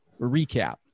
recap